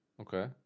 Okay